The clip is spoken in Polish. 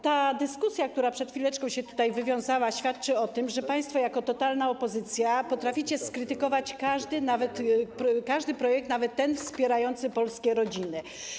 Ta dyskusja, która przed chwileczką się wywiązała, świadczy o tym, że państwo jako totalna opozycja potraficie skrytykować każdy projekt, nawet projekt wspierający polskie rodziny.